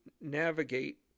navigate